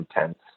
intense